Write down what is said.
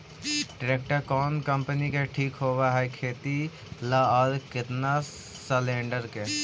Tractor कोन company के ठीक होब है खेती ल औ केतना सलेणडर के?